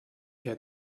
had